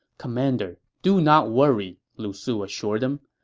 commander, do not worry, lu su assured him.